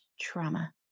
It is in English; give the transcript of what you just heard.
trauma